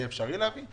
יהיה אפשר להביא?